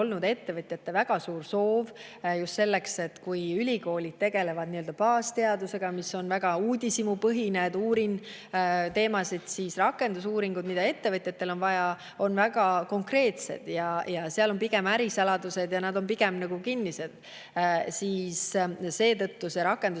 ettevõtjate väga suur soov. Kui ülikoolid tegelevad nii-öelda baasteadusega, mis on väga uudishimupõhine, et uurin teemasid, siis rakendusuuringud, mida ettevõtjatel on vaja, on väga konkreetsed, seal on pigem ärisaladused ja nad on pigem nagu kinnised. Seetõttu see rakendusuuringute